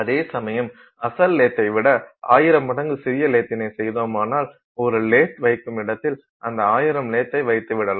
அதேசமயம் அசல் லேத்தை விட 1000 மடங்கு சிறிய லேத்தினை செய்தோமானால் ஒரு லேத் வைக்குமிடத்தில் அந்த 1000 லேத்தை வைத்துவிடலாம்